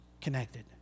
connected